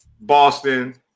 Boston